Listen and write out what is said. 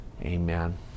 Amen